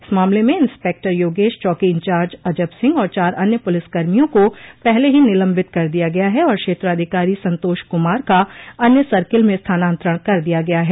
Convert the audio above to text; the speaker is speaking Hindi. इस मामले में इंस्पेक्टर योगेश चौकी इंचार्ज अजब सिंह और चार अन्य पुलिसकर्मियों को पहले ही निलंबित कर दिया गया है और क्षेत्राधिकारी संतोष कुमार का अन्य सर्किल में स्थानांतरण कर दिया गया है